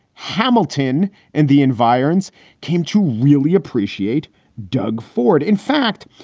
hamilton and the environs came to really appreciate doug ford. in fact,